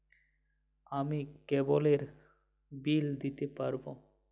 আমি কেবলের বিল দিতে পারবো?